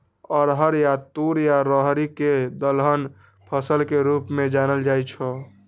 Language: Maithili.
अरहर या तूर या राहरि कें दलहन फसल के रूप मे जानल जाइ छै